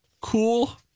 cool